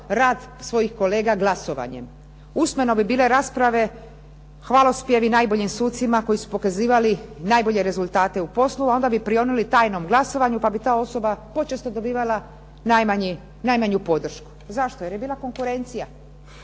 rad svojih kolega glasovanjem. Usmeno bi bile rasprave, hvalospjevi najboljim sucima koji su pokazivali najbolje rezultate u poslu, a onda bi prionuli tajnom glasovanju pa bi ta osoba počesto dobivala najmanju podršku. Zašto? Jer je bila konkurencija,